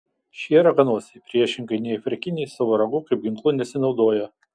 šie raganosiai priešingai nei afrikiniai savo ragu kaip ginklu nesinaudoja